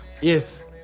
Yes